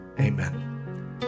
Amen